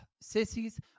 Sissies